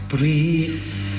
Breathe